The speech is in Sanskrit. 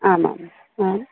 आमाम् आम्